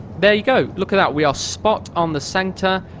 there you go, look at that, we are spot on the centre,